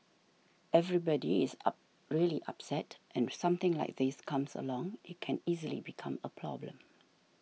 everybody is really upset and something like this comes along it can easily become a problem